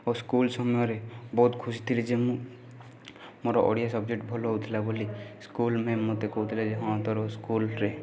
ମୋ ସ୍କୁଲ୍ ସମୟରେ ବହୁତ ଖୁସି ଥିଲି ଯେ ମୁଁ ମୋର ଓଡ଼ିଆ ସବଜେକ୍ଟ୍ ଭଲ ହେଉଥିଲା ବୋଲି ସ୍କୁଲ୍ ମ୍ୟାମ୍ ମୋତେ କହୁଥିଲେ ଯେ ହଁ ତୋର ସ୍କୁଲ୍ରେ